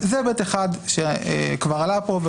זה היבט אחד שכבר עלה פה,